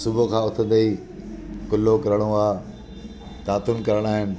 सुबुह खां उथंदे ई कुलो करिणो आहे दातुनि करणा आहिनि